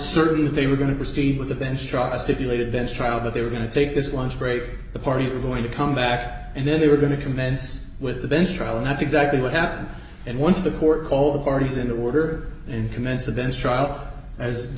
certain that they were going to proceed with the bench struck a stipulated bench trial that they were going to take this lunch break the parties were going to come back and then they were going to commence with the bench trial and that's exactly what happened and once the court all the parties in order and commenced the bench trial as the